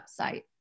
website